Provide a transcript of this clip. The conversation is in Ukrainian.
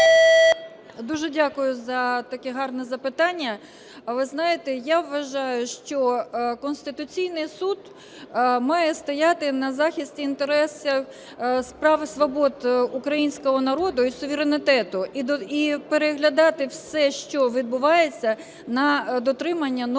Дуже дякую за таке гарне запитання. Ви знаєте, я вважаю, що Конституційний Суд має стояти на захисті інтересів, прав і свобод українського народу і суверенітету, і переглядати все, що відбувається, на дотримання норм